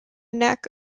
neck